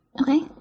Okay